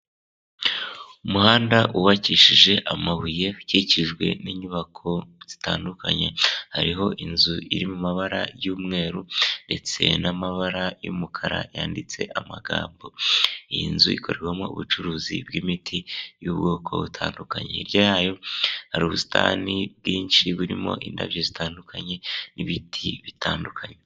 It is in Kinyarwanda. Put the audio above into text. Umuhanda wubakishije amabuye ukikijwe n'inyubako zitandukanye hariho inzu iri mu mabara y'umweru ndetse n'amabara y'umukara, yanditse amagambo iyi nzu ikorerwamo ubucuruzi bw'imiti y'ubwoko butandukanye, hirya yayo hari ubusitani bwinshi burimo indabyo zitandukanye n'ibiti bitandukanye.